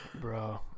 Bro